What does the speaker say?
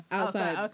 Outside